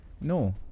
No